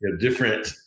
Different